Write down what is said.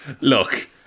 Look